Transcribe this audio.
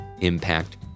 impact